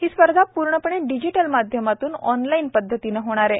ही स्पर्धा पूर्णपणे डिजीटल माध्यमातून ऑनलाईन पद्धतीने होणार आहे